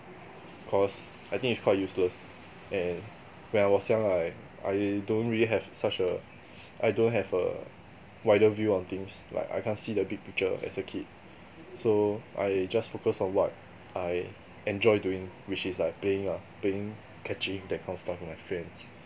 cause I think it's quite useless and when I was young I I don't really have such a I don't have a wider view on things like I can't see the big picture as a kid so I just focus on what I enjoy doing which is like playing lah playing catching that kind of stuff with my friends